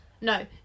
No